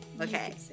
Okay